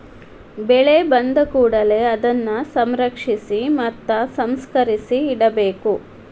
ಬೆಳೆ ಬಂದಕೂಡಲೆ ಅದನ್ನಾ ಸಂರಕ್ಷಿಸಿ ಮತ್ತ ಸಂಸ್ಕರಿಸಿ ಇಡಬೇಕು